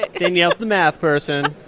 danielle's the math person